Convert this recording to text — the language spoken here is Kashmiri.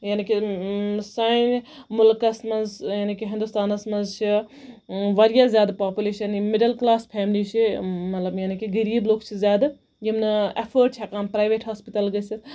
یعنے کہِ سٲنۍ مُلکَس منٛز یعنے کہِ ہِندوستانَس منٛز چھِ واریاہ زیادٕ پاپُلیشَن یِم مِڈل کٔلاس فیملی چھِ مطلب یعنے کہِ غریٖب لُکھ چھِ زیادٕ یِم نہٕ اٮ۪فٲڈ چھِ ہٮ۪کان پرایویٹ ہَسپَتال گٔژھِتھ